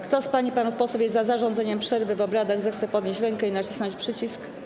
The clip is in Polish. Kto z pań i panów posłów jest za zarządzeniem przerwy w obradach, zechce podnieść rękę i nacisnąć przycisk.